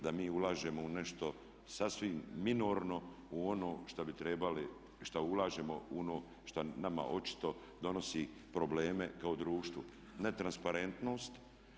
Da mi ulažemo u nešto sasvim minorno u ono što bi trebalo i što ulažemo ono što nama očito donosi probleme kao društvu, netransparentnost.